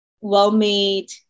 well-made